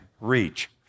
Reach